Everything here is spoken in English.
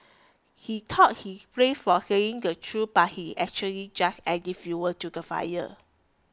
he thought he brave for saying the truth but he actually just adding fuel to the fire